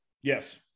Yes